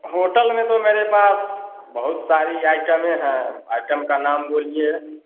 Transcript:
hotel में तो मेरे पास बहुत सारे आइटमें हैं आइटम का नाम बोलिए